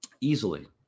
Easily